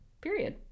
period